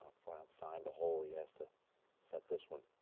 far outside the hole he has to set this one.